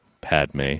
Padme